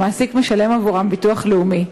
המעסיק משלם עבורם ביטוח לאומי,